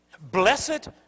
Blessed